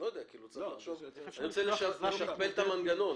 רוצה לשכפל את המנגנון.